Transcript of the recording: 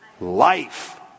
Life